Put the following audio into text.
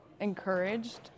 encouraged